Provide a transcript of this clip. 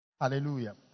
Hallelujah